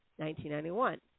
1991